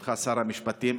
בהיותך שר המשפטים,